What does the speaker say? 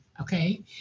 Okay